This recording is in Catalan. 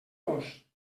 vos